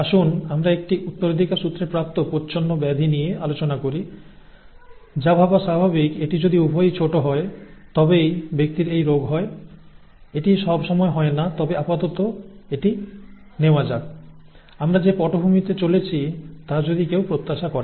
আসুন আমরা একটি উত্তরাধিকার সূত্রে প্রাপ্ত প্রচ্ছন্ন ব্যাধি নিয়ে আলোচনা করি যা ভাবা স্বাভাবিক এটি যদি উভয়ই ছোট হয় তবেই ব্যক্তির এই রোগ হয় এটি সবসময় হয় না তবে আপাতত এটি নেওয়া যাক আমরা যে পটভূমিতে চলেছি তা যদি কেউ প্রত্যাশা করে